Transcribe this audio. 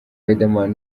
riderman